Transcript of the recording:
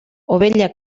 ovella